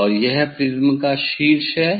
और यह प्रिज्म का शीर्ष है